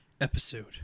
episode